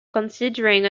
considering